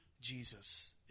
jesus